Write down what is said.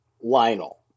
Lionel